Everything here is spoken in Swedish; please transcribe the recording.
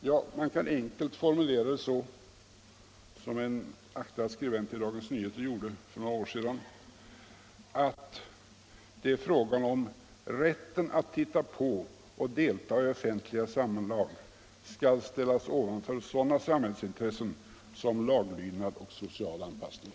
Ja, man kan enkelt formulera det så som en aktad skribent i Dagens Nyheter gjorde för några år sedan, att det är fråga om huruvida rätten att titta på och delta i offentliga samlag skall ställas ovanför sådana samhällsintressen som laglydnad och social anpassning.